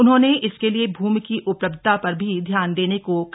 उन्होंने इसके लिये भूमि की उपलब्धता पर भी ध्यान देने को कहा